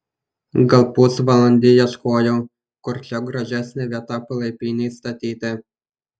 gal pusvalandį ieškojau kur čia gražesnė vieta palapinei statyti